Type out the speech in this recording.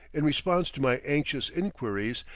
in response to my anxious inquiries,